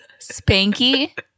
Spanky